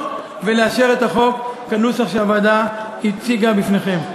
ולאשר את החוק בנוסח שהוועדה הציגה בפניכם.